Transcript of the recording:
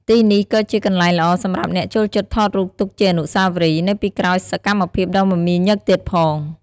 ទីនេះក៏ជាកន្លែងល្អសម្រាប់អ្នកចូលចិត្តថតរូបទុកជាអនុស្សាវរីយ៍ នៅពីក្រោយសម្មភាពដ៏មមាញឹកទៀតផង។